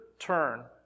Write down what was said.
turn